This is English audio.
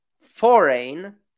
foreign